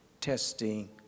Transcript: testing